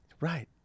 Right